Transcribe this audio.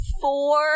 Four